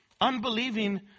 Unbelieving